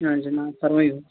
ہاں جِناب فرمٲیِو حظ